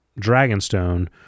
Dragonstone